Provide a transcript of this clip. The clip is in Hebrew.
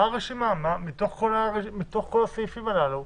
מה הרשימה מתוך כל הסעיפים הללו?